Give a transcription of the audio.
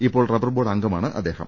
ഇപ്പോൾ റബ്ബർബോർഡ് അംഗമാണ് അദ്ദേഹം